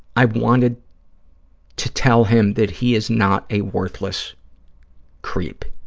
i wanted to tell him that he is not a worthless creep